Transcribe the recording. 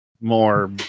more